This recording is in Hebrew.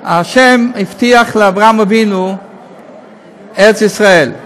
ה' הבטיח לאברהם אבינו את ארץ ישראל.